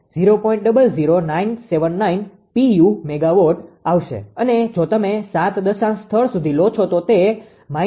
00979 pu MW આવશે અને જો તમે 7 દશાંશ સ્થળ સુધી લો છો તો તે 0